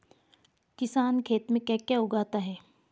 किसान खेत में क्या क्या उगाता है?